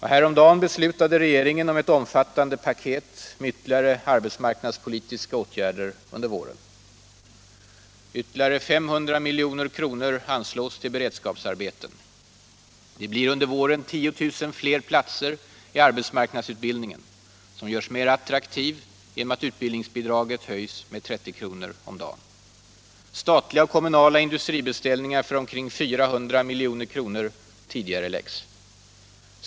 Häromdagen beslutade regeringen om ett omfattande paket med ytterligare arbetsmarknadspolitiska åtgärder under våren. Ytterligare 500 milj.kr. anslås till beredskapsarbeten. Det blir under våren 10 000 fler platser i arbetsmarknadsutbildning, som också görs mera attraktiv genom att utbildningsbidraget höjs med 30 kr. om dagen. Statliga och kommunala industribeställningar för omkring 400 milj.kr. tidigareläggs.